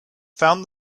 found